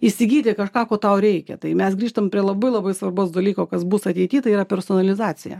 įsigyti kažką ko tau reikia tai mes grįžtam prie labai labai svarbaus dalyko kas bus ateity tai yra personalizacija